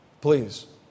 Please